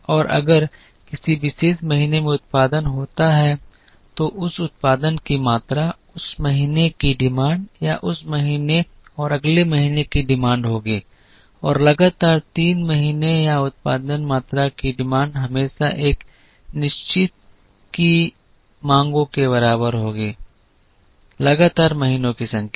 और अगर किसी विशेष महीने में उत्पादन होता है तो उस उत्पादन की मात्रा उस महीने की मांग या उस महीने और अगले महीने की मांग होगी और लगातार तीन महीने या उत्पादन मात्रा की मांग हमेशा एक निश्चित की मांगों के बराबर होती है लगातार महीनों की संख्या